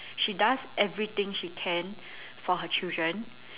she does everything she can for her children